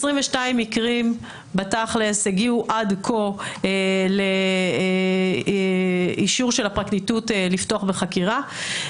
22 מקרים בתכל'ס הגיעו עד כה לאישור של הפרקליטות לפתוח בחקירה.